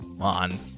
on